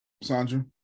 Sandra